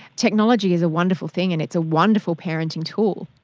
technology is a wonderful thing and it's a wonderful parenting tool.